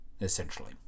essentially